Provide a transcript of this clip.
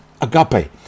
agape